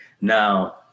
Now